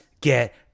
get